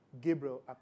Gabriel